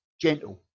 gentle